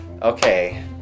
Okay